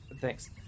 thanks